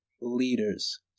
leaders